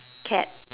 cat